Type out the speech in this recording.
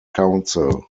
council